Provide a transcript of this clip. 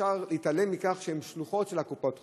אי-אפשר להתעלם מכך שהן שלוחות של קופות-החולים.